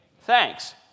thanks